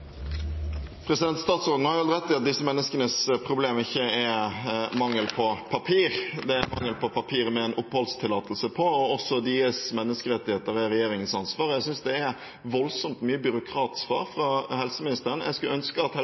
oppfølgingsspørsmål. Statsråden har rett i at disse menneskenes problem ikke er mangel på papir; det er mangel på papir med en oppholdstillatelse. Også deres menneskerettigheter er regjeringens ansvar. Jeg synes det er voldsomt mye byråkratsvar fra helseministeren. Jeg skulle ønske at